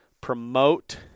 promote